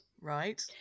Right